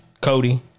Cody